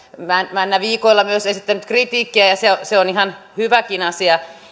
männä viikoilla myös esittänyt kritiikkiä ja se ja se on ihan hyväkin asia